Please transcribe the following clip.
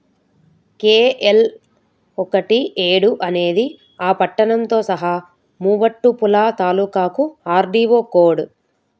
కే L ఒకటి ఏడు అనేది ఆ పట్టణంతో సహా మూవట్టుపుళా తాలూకాకు ఆర్ డీ ఓ కోడ్